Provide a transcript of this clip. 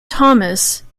thomas